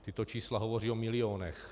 Tato čísla hovoří o milionech.